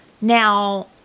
Now